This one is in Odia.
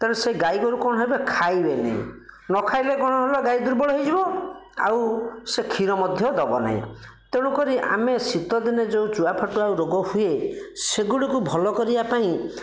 ତେଣୁ ସେ ଗାଈ ଗୋରୁ କ'ଣ ହେବେ ଖାଇବେନି ନ ଖାଇଲେ କ'ଣ ହେବ ଗାଈ ଦୁର୍ବଳ ହୋଇଯିବ ଆଉ ସେ କ୍ଷୀର ମଧ୍ୟ ଦେବ ନାହିଁ ତେଣୁ କରି ଆମେ ଶୀତଦିନେ ଯେଉଁ ଚୁଆ ଫାଟୁଆ ରୋଗ ହୁଏ ସେଗୁଡ଼ିକୁ ଭଲ କରିବା ପାଇଁ